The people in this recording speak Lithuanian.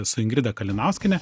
su ingrida kalinauskiene